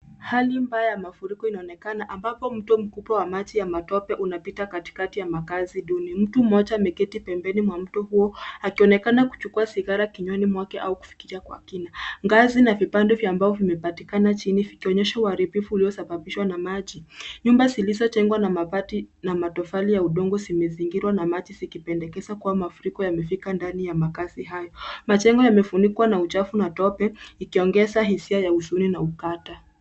Hali mabaya ya mafuriko inaonekana ambapo mto mkubwa wa maji ya matope unapita katikati ya makazi duni. Mtu mmoja mmoja ameketi pembeni mwa mti huo akionekana kuchukua sigara kinywani mwake au kufikiria kwa kina. Ngazi na vipande vya mbao vimepatikana chini vikionyesha uharibifu uliosababishwa na maji. Nyumba zilizojengwa na mabati na matofali ya udongo zimezingirwa na maji zikipendekeza kuwa mafuriko yamefika ndani ya makazi hayo. Majengo yamefunikwa na uchafu na tope ikiongeza hisia ya uzuri na ukata.